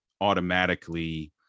automatically